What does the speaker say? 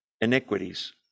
iniquities